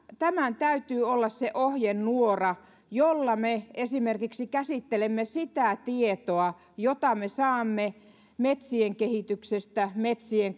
tämän täytyy olla se ohjenuora jolla me esimerkiksi käsittelemme sitä tietoa jota me saamme metsien kehityksestä metsien